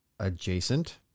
adjacent